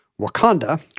Wakanda